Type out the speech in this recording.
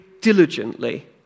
diligently